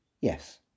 yes